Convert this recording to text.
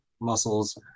muscles